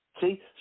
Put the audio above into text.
See